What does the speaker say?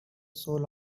soul